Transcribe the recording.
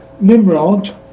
Nimrod